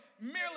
merely